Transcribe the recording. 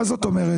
מה זאת אומרת?